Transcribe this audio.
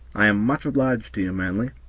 i am much obliged to you, manly.